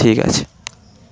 ঠিক আছে